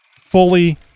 fully